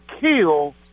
kill